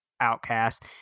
outcast